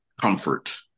comfort